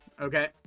Okay